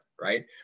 right